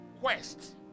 quest